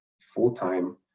full-time